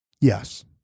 Yes